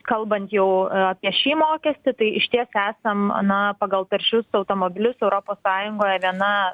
kalbant jau apie šį mokestį tai išties esam na pagal taršius automobilius europos sąjungoje viena